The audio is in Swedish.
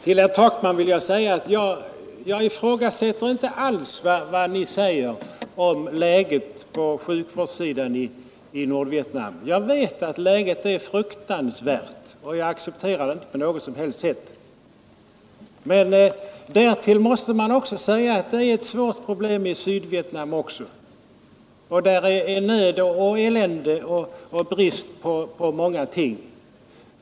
Herr talman! Jag ifrågasätter inte alls vad herr Takman säger om läget på sjukvårdssidan i Nordvietnam. Jag vet att läget är fruktansvärt, och jag a cepterar det inte på något sätt. Men man måste inse att problemen är svåra även i Sydvietnam. Där är nöd och elände och brist på många ting.